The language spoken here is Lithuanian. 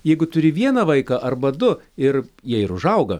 jeigu turi vieną vaiką arba du ir jie ir užauga